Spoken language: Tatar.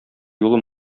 юлы